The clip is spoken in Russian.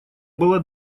было